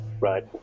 Right